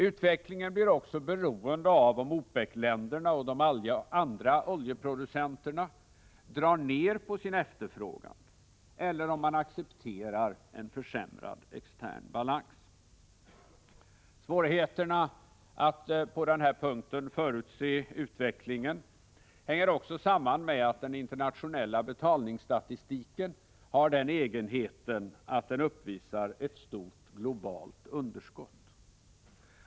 Utvecklingen blir också beroende av om OPEC-länderna och de andra oljeproducenterna drar ned på sin efterfrågan eller om man accepterar en försämrad extern balans. Svårigheterna att på den här punkten förutse utvecklingen hänger också samman med att den internationella betalningsstatistiken har den egenheten att den uppvisar ett stort globalt underskott.